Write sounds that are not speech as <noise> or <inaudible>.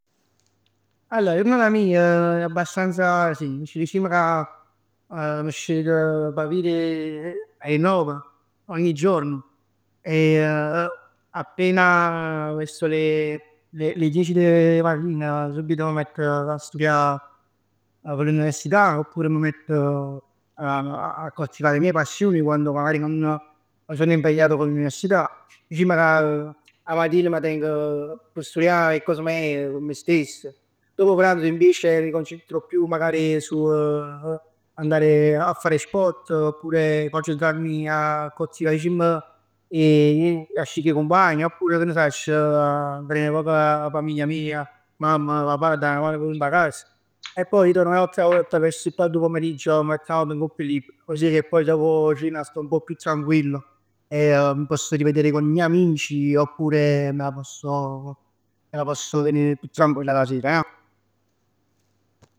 Allor 'a jurnata mij è abbastanza semplice. <hesitation> Dicimm ca m' scet p' vij d' 'e nov ogni giorno e <hesitation> appena, <hesitation> verso le le dieci del mattino subito mi mett 'a sturià p' l'università, oppur m' mett a a coltivà le mie passioni quando magari non, non sono impegnato p' l'università. 'A matin m'a teng p' sturià 'e cos meje cu me stess. Dopo pranzo invece mi concentro più magari su <hesitation> andare a fare sport. Oppure a concentrarmi <hesitation> a coltivà dicimm, <hesitation> a jescì cu 'e cumpagn. Oppure che ne sacc, <hesitation> a verè nu poc <hesitation> 'a famiglia mia, mamma, papà. A dà nu poc 'na man dint 'a cas. E poi torno un'altra volta sul tardo pomeriggio e m' mett n'ata vota ngopp 'e libr. Consider che poi dopo cena sto un poco più tranquillo. <hesitation> Mi posso rivedere con i miei amici, oppure posso, <hesitation> me la posso vivere più tranquilla la sera ja.